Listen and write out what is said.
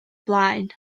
blaen